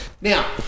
now